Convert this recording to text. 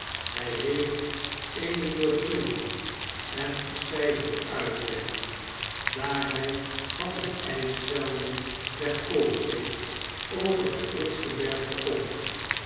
het zuiden hyheefteene doordringende en verstijvende uitwerking daar hjj van de ijsvelden der poolzee over hetrotsgebergte komt